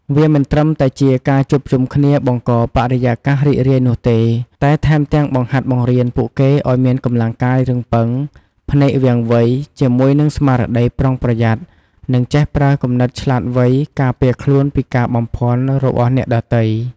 វាមិនត្រឹមតែជាការជួបជុំគ្នាបង្កបរិយាកាសរីករាយនោះទេ តែថែមទាំងបង្ហាត់បង្រៀនពួកគេ ឲ្យមានកម្លាំងកាយរឹងប៉ឹង ភ្នែកវាងវៃ ជាមួយនឹងស្មារតីប្រុងប្រយ័ត្ន និងចេះប្រើគំនិតឆ្លាតវៃ ការពារខ្លួនពីការបំភ័ន្តរបស់អ្នកដទៃ។